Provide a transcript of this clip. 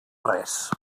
res